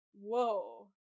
whoa